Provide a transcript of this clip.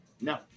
No